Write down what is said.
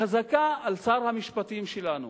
חזקה על שר המשפטים שלנו